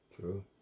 True